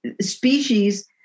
species